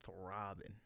throbbing